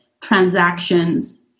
transactions